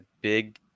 big